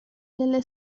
delle